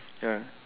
ya